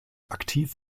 aktiv